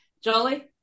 Jolly